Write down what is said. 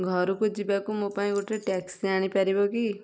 ଘରକୁ ଯିବାକୁ ମୋ ପାଇଁ ଗୋଟେ ଟ୍ୟାକ୍ସି ଆଣିପାରିବ କି